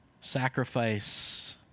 sacrifice